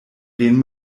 wem